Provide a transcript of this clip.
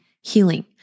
healing